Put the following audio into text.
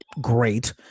great